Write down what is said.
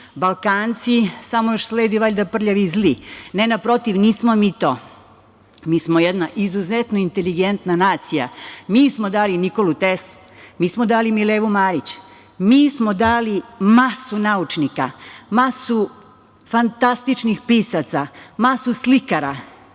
Balkanci, samo još sledi valjda – prljavi i zli. Ne, naprotiv, nismo mi to. Mi smo jedna izuzetno inteligentna nacija. Mi smo dali Nikolu Teslu, mi smo dali Milevu Marić, mi smo dali masu naučnika, masu fantastičnih pisaca, masu slikara.